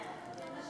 בעיה.